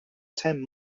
ten